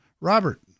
Robert